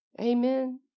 Amen